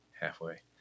Halfway